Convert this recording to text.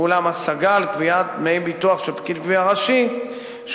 ואולם השגה על קביעת דמי ביטוח של פקיד גבייה ראשי שהוסמך